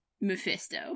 Mephisto